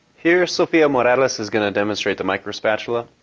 here sofia morales is going to demonstrate the microspatula.